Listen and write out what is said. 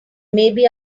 maybe